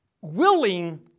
willing